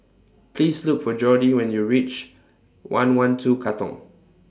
Please Look For Jordi when YOU REACH one one two Katong